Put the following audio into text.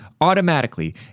Automatically